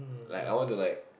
like I want to like